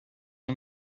این